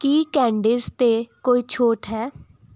ਕੀ candies 'ਤੇ ਕੋਈ ਛੋਟ ਹੈ